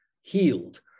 healed